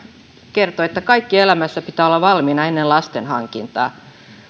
kertoo että kaiken elämässä pitää olla valmiina ennen lasten hankintaa